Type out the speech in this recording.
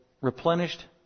replenished